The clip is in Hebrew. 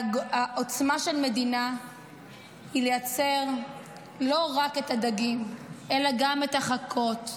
העוצמה של מדינה היא לייצר לא רק את הדגים אלא גם את החכות,